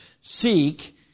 Seek